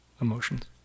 emotions